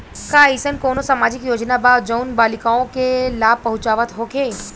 का एइसन कौनो सामाजिक योजना बा जउन बालिकाओं के लाभ पहुँचावत होखे?